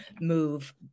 move